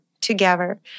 together